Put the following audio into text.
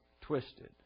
twisted